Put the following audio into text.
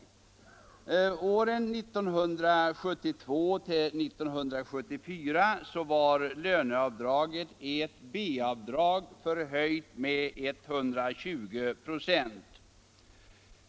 Under åren 1972-1974 var löneavdraget ett B-avdrag förhöjt med 120 96.